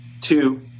Two